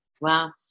Wow